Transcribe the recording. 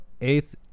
eighth